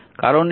কারণ এটি